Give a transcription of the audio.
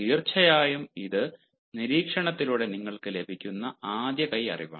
തീർച്ചയായും ഇത് നിരീക്ഷണത്തിലൂടെ നിങ്ങൾക്ക് ലഭിക്കുന്ന ആദ്യ കൈ അറിവാണ്